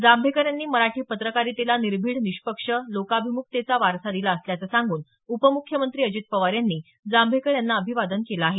जांभेकर यांनी मराठी पत्रकारितेला निर्भिड निष्पक्ष लोकाभिमुखतेचा वारसा दिला असल्याच सांगून उपमुख्यमंत्री अजित पवार यांनी जांभेकर यांना अभिवादन केलं आहे